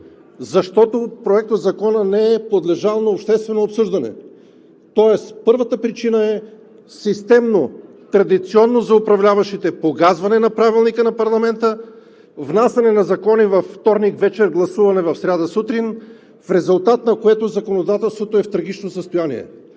Законопроектът не е подлежал на обществено обсъждане. Тоест първата причина е системно, традиционно за управляващите погазване на Правилника на парламента, внасяне на закони във вторник вечер, гласуване в сряда сутрин, в резултат на което законодателството е в трагично състояние.